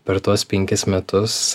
per tuos penkis metus